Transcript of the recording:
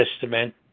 Testament